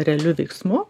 realiu veiksmu